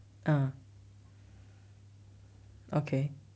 ah okay